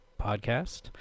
podcast